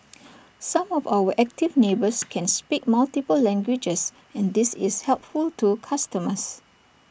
some of our active neighbours can speak multiple languages and this is helpful to customers